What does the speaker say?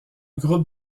groupe